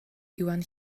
iwan